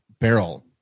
barrel